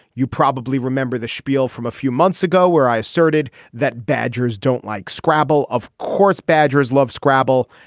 you probably remember the spiel from a few months ago where i asserted that badgers don't like scrabble. of course, badgers love scrabble.